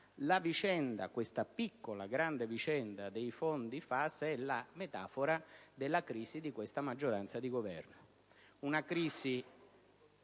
In realtà, la piccola, grande vicenda dei fondi FAS è la metafora della crisi di questa maggioranza di Governo;